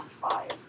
five